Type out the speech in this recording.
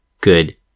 good